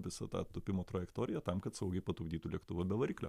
visą tą tūpimo trajektoriją tam kad saugiai patupdytų lėktuvą be variklio